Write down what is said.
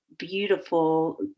beautiful